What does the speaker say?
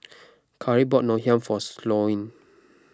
Karri bought Ngoh Hiang for Sloane